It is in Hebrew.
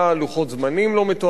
לוחות זמנים לא מתואמים.